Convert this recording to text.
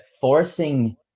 forcing